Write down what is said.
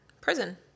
prison